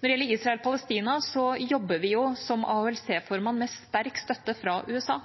Når det gjelder Israel og Palestina, jobber vi jo som AHLC-formann med sterk støtte fra USA.